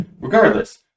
regardless